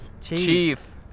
Chief